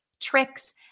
tricks